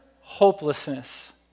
hopelessness